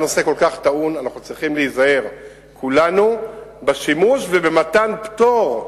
משום שהנושא כל כך טעון אנחנו צריכים להיזהר כולנו בשימוש ובמתן פטור,